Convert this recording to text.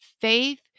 faith